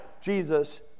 Jesus